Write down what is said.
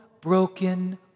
broken